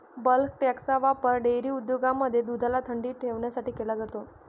bulk टँकचा वापर dairy उद्योगांमध्ये दुधाला थंडी ठेवण्यासाठी केला जातो